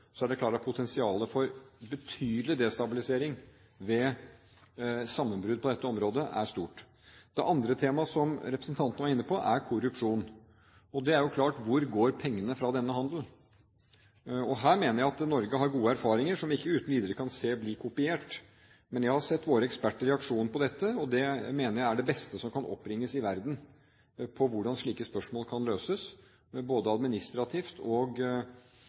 er det klart at potensialet for betydelig destabilisering ved sammenbrudd på dette området er stort. Det andre temaet som representanten var inne på, er korrupsjon. Og det er klart: Hvor går pengene fra denne handelen? Her mener jeg at Norge har gode erfaringer som vi ikke uten videre kan se blir kopiert. Men jeg har sett våre eksperter i aksjon på dette, og det mener jeg er det beste som kan oppbringes i verden med hensyn til hvordan slike spørsmål kan løses både administrativt og